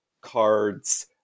cards